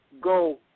go